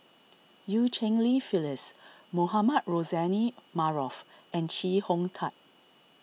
Eu Cheng Li Phyllis Mohamed Rozani Maarof and Chee Hong Tat